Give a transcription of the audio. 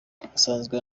asanzwe